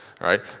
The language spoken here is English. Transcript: right